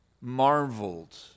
marveled